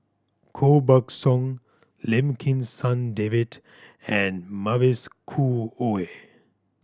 Koh Buck Song Lim Kim San David and Mavis Khoo Oei